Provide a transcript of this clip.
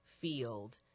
field